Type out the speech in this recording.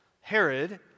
Herod